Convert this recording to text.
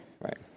Right